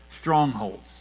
strongholds